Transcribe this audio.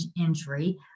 injury